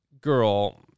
girl